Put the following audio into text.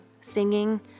singing